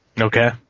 Okay